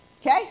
Okay